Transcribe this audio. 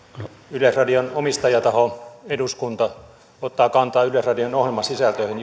yleisradion omistajataho eduskunta ottaa kantaa yleisradion ohjelmasisältöihin